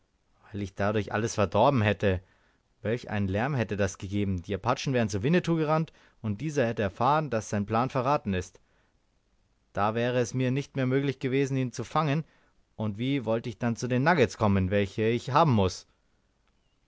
weil ich dadurch alles verdorben hätte welch einen lärm hätte das gegeben die apachen wären zu winnetou gerannt und dieser hätte erfahren daß sein plan verraten ist da wäre es mir nicht mehr möglich gewesen ihn zu fangen und wie wollte ich dann zu den nuggets kommen welche ich haben muß